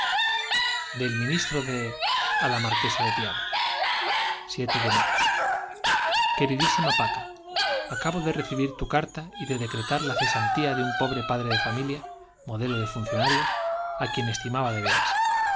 del ministro de á la marquesa de pi de queridísima paca acabo de recibir tu carta y de decretar la cesantía de un pobre padre de familia modelo de funcionarios á quien estimaba de veras